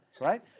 right